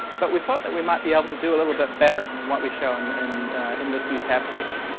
but we thought that we might be able to do a little bit better in what we show and and in this new tab page.